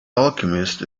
alchemist